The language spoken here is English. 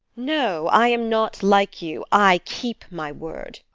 no, i am not like you i keep my word.